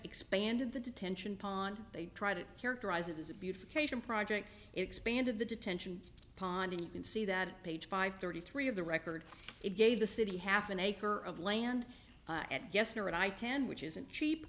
expanded the detention pond they try to characterize it as a beautiful creation project expanded the detention pond and you can see that page five thirty three of the record it gave the city half an acre of land at gessner and i ten which isn't cheap